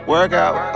Workout